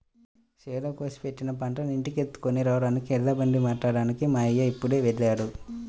చేలో కోసి పెట్టిన పంటని ఇంటికెత్తుకొని రాడానికి ఎడ్లబండి మాట్లాడ్డానికి మా అయ్య ఇప్పుడే వెళ్ళాడు